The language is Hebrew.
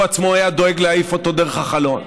עצמו היה דואג להעיף אותו דרך החלון,